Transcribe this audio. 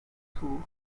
hinzu